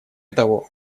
того